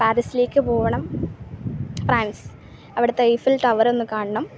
പാരിസിലേക്ക് പോണം ഫ്രാൻസ് അവിടുത്തെ ഇഫിൽ ടവറൊന്ന് കാണണം